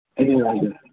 ए हजुर